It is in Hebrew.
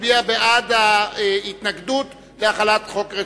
מצביע בעד התנגדות להחלת דין רציפות.